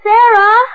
Sarah